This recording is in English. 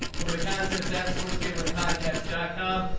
over to contests that sports gambling podcast dot com.